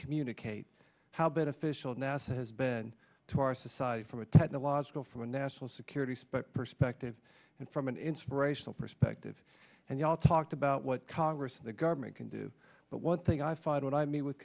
communicate how beneficial nasa has been to our society from a technological from a national security spec perspective and from an inspirational perspective and you all talked about what congress and the government can do but one thing i find what i mean with